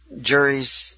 juries